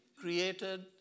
created